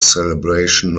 celebration